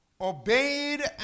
obeyed